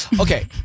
Okay